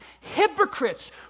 hypocrites